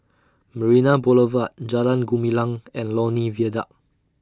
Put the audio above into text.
Marina Boulevard Jalan Gumilang and Lornie Viaduct